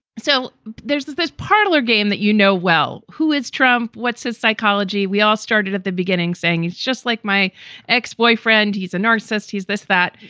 so there's this this parlor game that you know well. who is trump? what's his psychology? we all started at the beginning saying he's just like my ex-boyfriend. he's a narcissist. he's this, that.